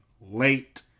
late